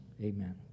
amen